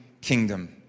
kingdom